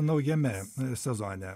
naujame sezone